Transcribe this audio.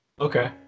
Okay